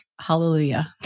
hallelujah